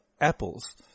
apples